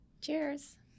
Cheers